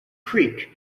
creek